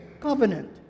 covenant